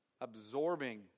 Absorbing